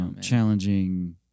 challenging